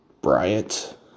Bryant